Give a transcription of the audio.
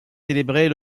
célébrées